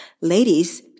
Ladies